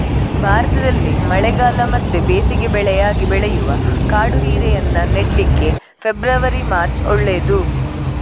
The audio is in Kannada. ಭಾರತದಲ್ಲಿ ಮಳೆಗಾಲ ಮತ್ತೆ ಬೇಸಿಗೆ ಬೆಳೆಯಾಗಿ ಬೆಳೆಯುವ ಕಾಡು ಹೀರೆಯನ್ನ ನೆಡ್ಲಿಕ್ಕೆ ಫೆಬ್ರವರಿ, ಮಾರ್ಚ್ ಒಳ್ಳೇದು